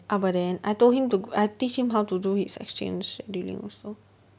abuden I told him to I teach him how to do his exchange dealing also